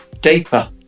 deeper